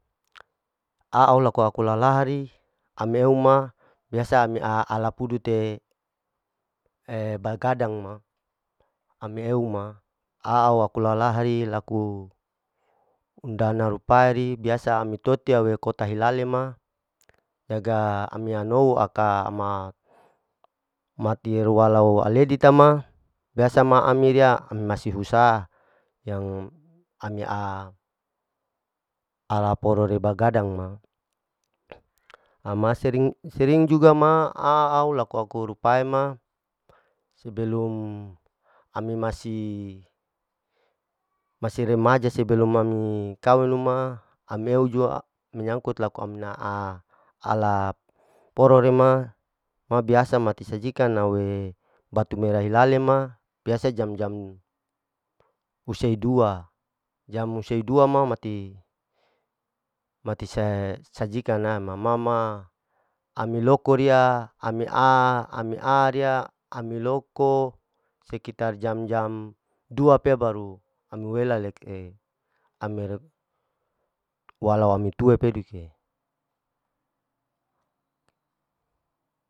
A'au loko au kulalahari ameu ma biasa ami aa ala pude te bagadang ma ami eu ma au laka lalahri laku undana rupaeri biasa ami totia we kota hilale ma jaga ami anouho aka ama mati walau aledi tama biasa ma amiriya ami masi husa yang ami a ala porere bagadang ma, ama sering sering juga ma a au laku laku rupae ma sebelum ami masi masi remaja sebelum ami kawinu ma ameu jua menyangkut laku amina aa ala porerema ma biasa mati sajikan au ee batu merah hialale ma pea saja jam-jam husae dua, jam husae dua ma mati, mati sajikan na ma ma ami loko riya ami'a, ami'a riya ami loko sekitar jam-jam dua pea baru ami wela leke amir walau ami tua peduke.